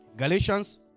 Galatians